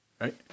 right